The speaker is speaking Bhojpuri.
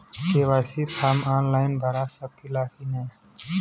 के.वाइ.सी फार्म आन लाइन भरा सकला की ना?